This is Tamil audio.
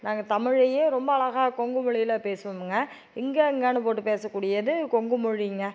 நாங்கள் தமிழையே ரொம்ப அழகாக கொங்கு மொழியில பேசுவோமுங்க இங்கே இங்கேன்னு பேசக்கூடியது கொங்கு மொழிங்க